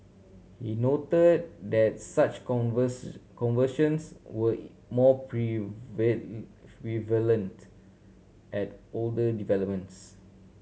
he noted that such conversions were more prevalent at older developments